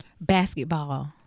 Basketball